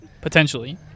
Potentially